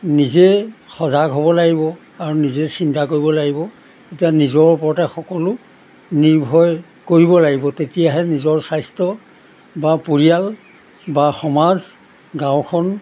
নিজে সজাগ হ'ব লাগিব আৰু নিজে চিন্তা কৰিব লাগিব এতিয়া নিজৰ ওপৰতে সকলো নিৰ্ভৰ কৰিব লাগিব তেতিয়াহে নিজৰ স্বাস্থ্য বা পৰিয়াল বা সমাজ গাঁওখন